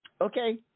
okay